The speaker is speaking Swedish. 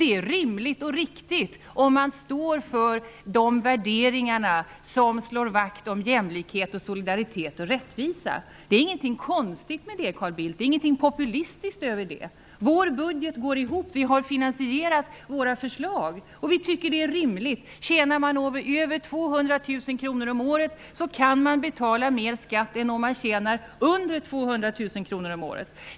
Det är rimligt och riktigt, om man står för de värderingar som slår vakt om jämlikhet, solidaritet och rättvisa. Det är ingenting konstigt med det, Carl Bildt. Det är inget populistiskt. Vår budget går ihop. Vi har finansierat våra förslag. Vi tycker att de är rimliga. Tjänar man över 200 000 kr om året, kan man betala mer skatt än om man tjänar mindre än 200 000 kr om året.